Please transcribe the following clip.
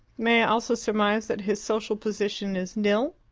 may i also surmise that his social position is nil?